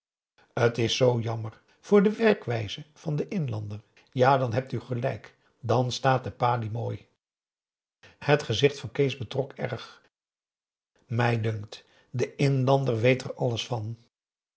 t is zoo jammer voor de werkwijze van den inlander ja dan hebt u gelijk dan staat de padi mooi het gezicht van kees betrok erg mij dunkt de inlander weet er alles van